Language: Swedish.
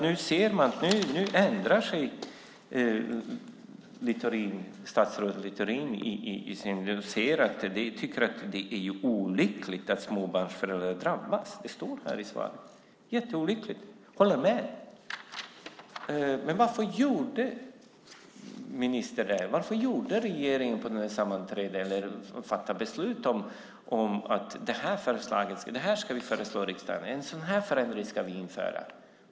Nu ändrar sig statsrådet Littorin och tycker att det är olyckligt att småbarnsföräldrar drabbas. Det står i svaret. Jag håller med. Men varför fattade ministern och regeringen beslut om att en sådan här förändring skulle införas och föreslås riksdagen?